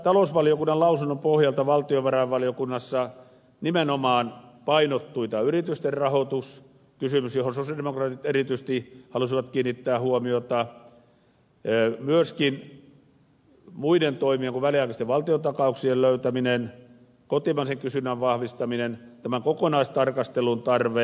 talousvaliokunnan lausunnon pohjalta valtiovarainvaliokunnassa nimenomaan painottui yritysten rahoituskysymys johon sosialidemokraatit erityisesti halusivat kiinnittää huomiota ja myöskin muiden toimien kuten väliaikaisten valtiontakausten löytäminen kotimaisen kysynnän vahvistaminen tämän kokonaistarkastelun tarve